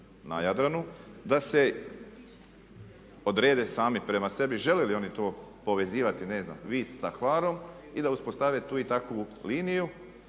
na Jadranu da se odrade sami prema sebi, žele li oni to povezivati, ne znam Vis sa Hvarom i da uspostave tu i takvu liniju